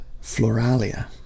floralia